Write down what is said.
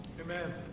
Amen